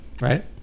right